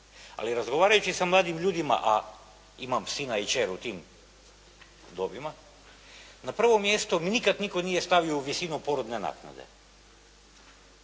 Ali razgovarajući sa mladim ljudima, a imam sina i kćer u tim dobima na prvo mjesto nikad nitko nije stavio visinu porodne naknade.